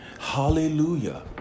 hallelujah